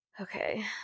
Okay